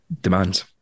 Demands